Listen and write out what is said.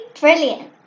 brilliant